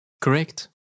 Correct